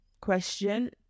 question